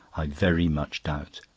i very much doubt.